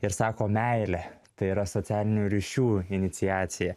ir sako meilė tai yra socialinių ryšių iniciacija